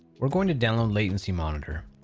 we're going to download latency monitor.